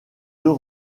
deux